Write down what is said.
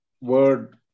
word